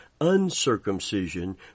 uncircumcision